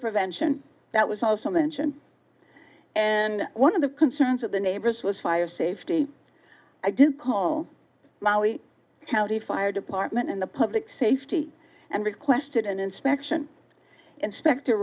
prevention that was also mention and one of the concerns of the neighbors was fire safety i do call my county fire department and the public safety and requested an inspection inspector